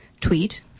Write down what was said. tweet